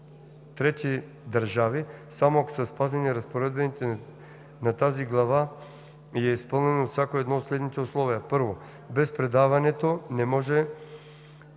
трети държави, само ако са спазени разпоредбите на тази глава и е изпълнено всяко едно от следните условия: 1. без предаването не може